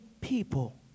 people